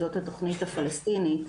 שזאת התכנית הפלסטינית,